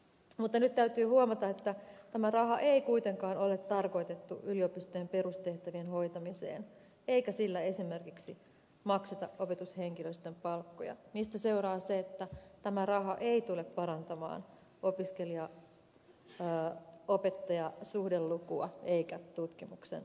mutta nyt täytyy huomata että tämä raha ei kuitenkaan ole tarkoitettu yliopistojen perustehtävien hoitamiseen eikä sillä esimerkiksi makseta opetushenkilöstön palkkoja mistä seuraa se että tämä raha ei tule parantamaan opiskelijaopettaja suhdelukua eikä tutkimuksen laatua